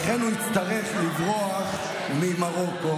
לכן הוא היה צריך לברוח ממרוקו.